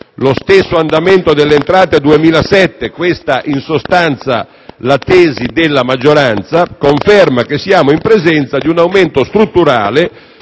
Lo stesso andamento delle entrate 2007 - questa, in sostanza, è la tesi della maggioranza - conferma che siamo in presenza di un aumento strutturale,